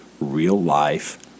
real-life